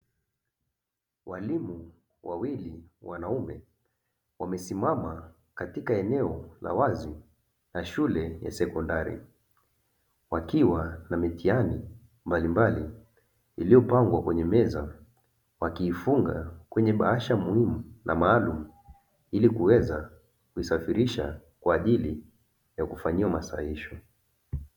Walimu wawili wanaume wamesimama katika eneo la wazi la shule ya sekondari, wakiwa na mitihani mbalimbali iliyopangwa kwenye meza wakiifunga kwenye bahasha muhimu na maalumu ili kuweza kufanyiwa masahihisho.